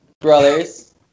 brothers